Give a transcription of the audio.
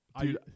dude